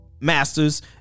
masters